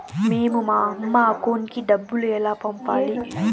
మేము మా అమ్మ అకౌంట్ కి డబ్బులు ఎలా పంపాలి